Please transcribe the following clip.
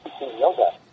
yoga